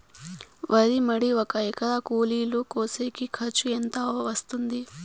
వరి మడి ఒక ఎకరా కూలీలు కోసేకి ఖర్చు ఎంత వస్తుంది?